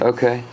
Okay